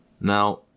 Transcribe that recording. Now